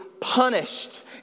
punished